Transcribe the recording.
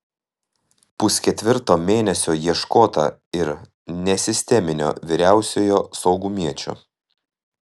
pusketvirto mėnesio ieškota ir nesisteminio vyriausiojo saugumiečio